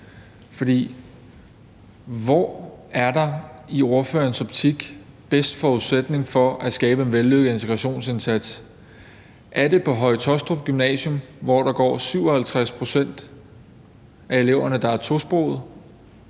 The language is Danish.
hvor er der i ordførerens optik bedst forudsætning for at skabe en vellykket integrationsindsats? Er det på Høje-Taastrup Gymnasium, hvor 57 pct. af eleverne er tosprogede,